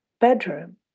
bedroom